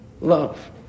love